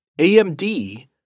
AMD